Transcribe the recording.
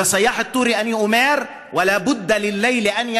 ולסיאח א-טורי אני אומר: (אמר בערבית: הלילה,